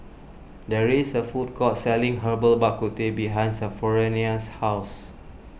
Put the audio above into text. there is a food court selling Herbal Bak Ku Teh behind Sophronia's house